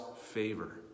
favor